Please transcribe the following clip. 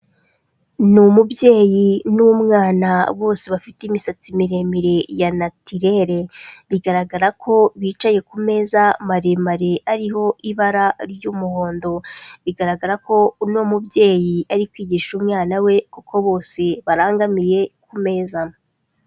Ni umubyeyi n'umwana bose bafite imisatsi miremire ya natirere, bigaragara ko bicaye ku meza maremare ariho ibara ry'umuhondo, bigaragara ko uno mubyeyi ari kwigisha umwana we kuko bose barangamiye ku meza.